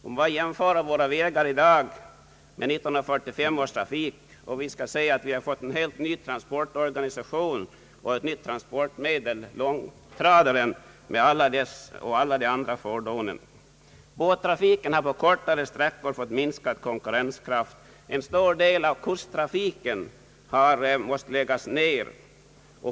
Jämför trafiken på våra vägar i dag med 1945 års trafik, och vi skall se att vi fått en helt ny transportorganisation och ett nytt transportmedel, nämligen långtradaren, förutom alla andra motorfordon. Båttrafiken har på kortare sträckor fått minskad konkurrenskraft. En stor del av kusttrafiken har därför måst läggas ner.